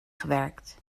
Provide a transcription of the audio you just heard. gewerkt